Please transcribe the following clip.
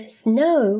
snow